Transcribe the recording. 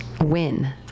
Win